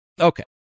Okay